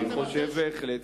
אני חושב בהחלט,